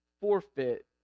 forfeit